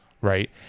right